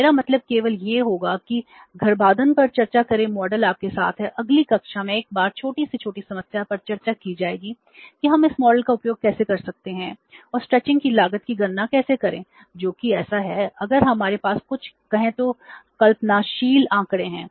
मेरा मतलब केवल यह होगा कि गर्भाधान पर चर्चा करें मॉडल की लागत की गणना कैसे करें जो कि ऐसा है अगर हमारे पास कुछ कहें तो कल्पनाशील आंकड़े हैं